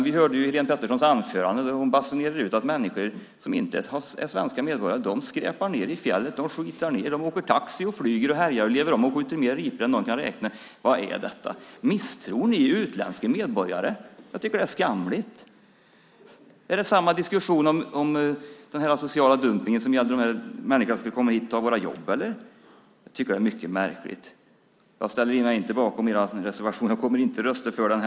Vi hörde att Helén Pettersson i sitt anförande basunerade ut att människor som inte är svenska medborgare skräpar ned i fjället, skitar ned, åker taxi och flyger och härjar, lever om och skjuter fler ripor än någon kan räkna. Vad är det? Misstror ni utländska medborgare? Jag tycker att det är skamligt. Är det samma diskussion som om den asociala dumpningen när det gällde människor som ska komma hit och ta våra jobb? Jag tycker att det är mycket märkligt. Jag ställer mig inte bakom er reservation. Jag kommer inte att rösta för den.